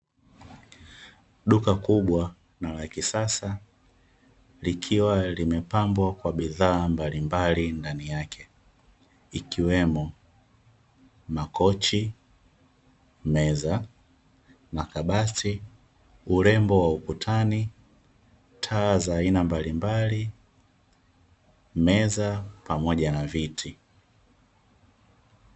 Duka kubwa la kisasa na la kisasa likiwa limepambwa kwa bidhaa mbalimbali ndani yake ikiwemo makochi, meza, makabati, urembo wa ukutani, taa za aina mbalimbali, meza pamoja na viti.